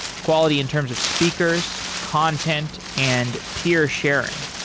quality in terms of speakers, content and peer sharing,